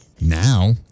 Now